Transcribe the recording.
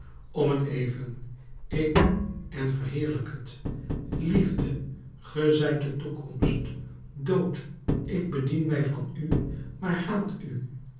om t even ik noem en verheerlijk het liefde ge zijt de toekomst dood ik bedien mij van u maar haat u